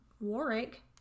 Warwick